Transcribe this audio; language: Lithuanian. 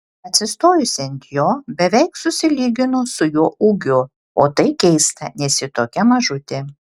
atsistojusi ant jo beveik susilygino su juo ūgiu o tai keista nes ji tokia mažutė